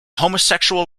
homosexual